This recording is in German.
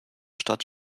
stadt